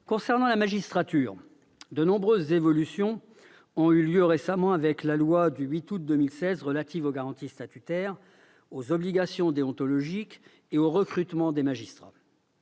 Concernant la magistrature, de nombreuses évolutions ont eu lieu récemment avec la loi organique du 8 août 2016 relative aux garanties statutaires, aux obligations déontologiques et au recrutement des magistrats